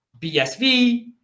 BSV